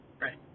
Right